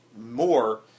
more